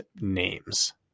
names